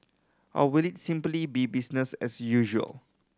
or will it simply be business as usual